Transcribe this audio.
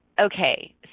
Okay